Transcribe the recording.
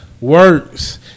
works